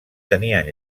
tenien